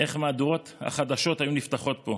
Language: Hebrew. איך מהדורות החדשות היו נפתחות פה,